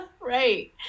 Right